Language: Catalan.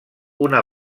una